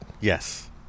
yes